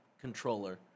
controller